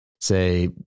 say